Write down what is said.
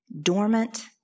dormant